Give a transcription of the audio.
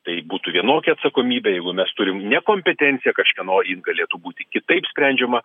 tai būtų vienokia atsakomybė jeigu mes turim nekompetenciją kažkieno ji galėtų būti kitaip sprendžiama